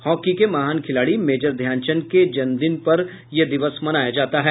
hockey के महान खिलाड़ी मेजर ध्यानचंद के जन्मदिन पर यह दिवस मनाया जाता है